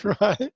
right